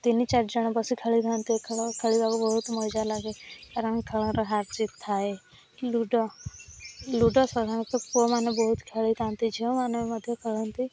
ତିନି ଚାରି ଜଣ ବସି ଖେଳିଥାନ୍ତି ଏ ଖେଳ ଖେଳିବାକୁ ବହୁତ ମଜା ଲାଗେ କାରଣ ଖେଳର ହାର ଜିତ୍ ଥାଏ ଲୁଡ଼ୋ ଲୁଡ଼ୋ ସାଧାରଣତଃ ପୁଅମାନେ ବହୁତ ଖେଳିଥାନ୍ତି ଝିଅମାନେ ବି ମଧ୍ୟ ଖେଳନ୍ତି